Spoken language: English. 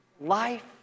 Life